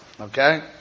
Okay